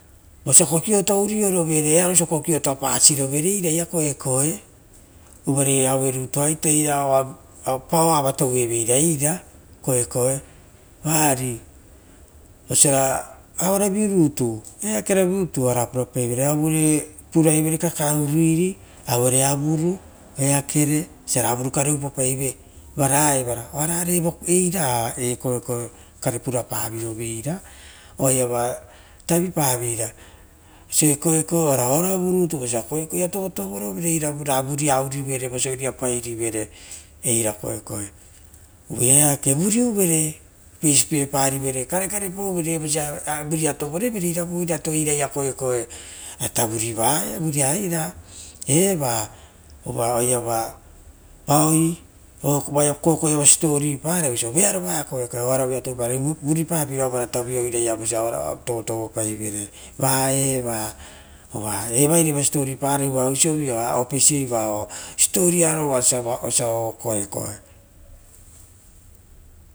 Vosia kokioto urorovere ra pasirovere eira ia koekoe. Uvare aue rutu aita eva gorua oava tonevera era koekoe. Vari osira vari eakeravi rutu oara para paivera oiraia kakae ruriri auere avuru oeakere osiravokare opopaive vara eva ra eira era koekoe vokare purapavirove ra oaia taviparera oisio oarava rutu kokoe ia toupae, ovutarovuia vuria ourivae vosia oiraia pairirere era koekoe. Uva eake ruriuvere apeisi piepaivere, karekare pauvere vosia vuria tovore vere oirato eira ia koekoe ata vuriva eira koekoe, eva oiava koekoe ia siposipo pavoi oisio vearuva koekoe ari vuri papeira ovarata vuia oiraiava vosia oaravu torotovo paivere uva eira eriaiava siposipo pavoi, uva oisio vira opesiei va siposipoa rutu osia oia koekoe.